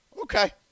okay